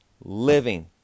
living